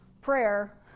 prayer